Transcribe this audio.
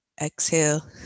Exhale